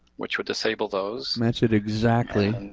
which would disable those. match it exactly.